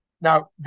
Now